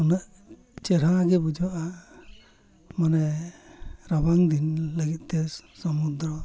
ᱩᱱᱟᱹᱜ ᱪᱮᱦᱨᱟᱜᱮ ᱵᱩᱡᱷᱟᱹᱜᱼᱟ ᱢᱟᱱᱮ ᱨᱟᱵᱟᱝ ᱫᱤᱱ ᱞᱟᱹᱜᱤᱫᱛᱮ ᱥᱚᱢᱩᱫᱨᱚ